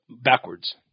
backwards